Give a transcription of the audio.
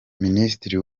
minisitiri